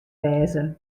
wêze